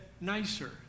nicer